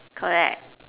correct